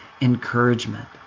encouragement